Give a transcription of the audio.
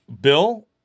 Bill